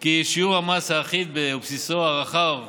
כי שיעור המס האחיד ובסיסו הרחב